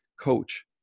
coach